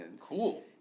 cool